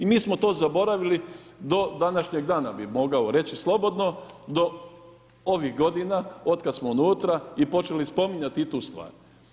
I mi smo to zaboravili do današnjeg dana bi mogao reći slobodno, do ovih godina od kada smo unutra i počeli spominjati i tu stvar.